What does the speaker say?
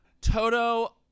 Toto